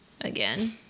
again